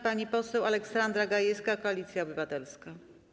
Pani poseł Aleksandra Gajewska, Koalicja Obywatelska.